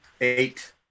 eight